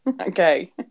Okay